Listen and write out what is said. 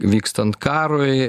vykstant karui